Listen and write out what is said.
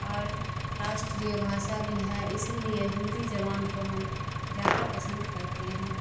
اور راشٹریہ بھاشا بھی ہے اسی لیے ہندی زبان کو ہم زیادہ پسند کرتے ہیں